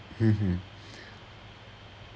mmhmm